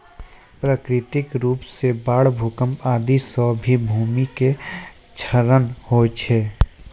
प्राकृतिक रूप सॅ बाढ़, भूकंप आदि सॅ भी भूमि के क्षरण होय जाय छै